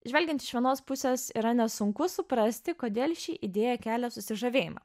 žvelgiant iš vienos pusės yra nesunku suprasti kodėl ši idėja kelia susižavėjimą